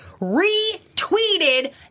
retweeted